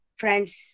friends